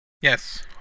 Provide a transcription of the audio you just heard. Yes